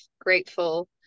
grateful